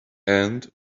and